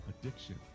addiction